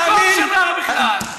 זה לא המקום, בכלל.